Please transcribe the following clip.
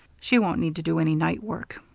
she won't need to do any night work.